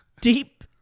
deep